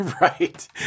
Right